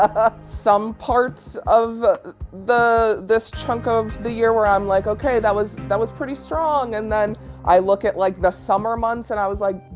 ah some parts of the this chunk of the year where i'm like, okay, that was, that was pretty strong. and then i look at like the summer months and i was like,